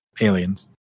aliens